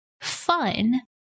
fun